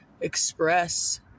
express